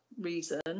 reason